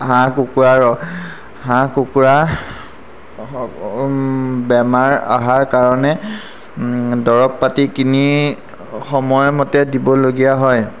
হাঁহ কুকুাৰ হাঁহ কুকুৰা বেমাৰ অহাৰ কাৰণে দৰৱ পাতি কিনি সময়মতে দিবলগীয়া হয়